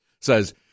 says